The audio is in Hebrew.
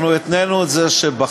אנחנו התנינו את זה שבחוף,